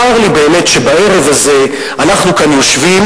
צר לי באמת שבערב הזה אנחנו כאן יושבים